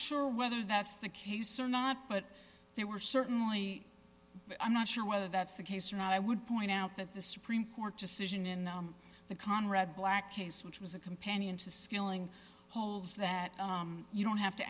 sure whether that's the case or not but there were certainly i'm not sure whether that's the case or not i would point out that the supreme court decision in the conrad black case which was a companion to skilling holds that you don't have to